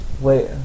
Wait